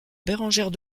bérengère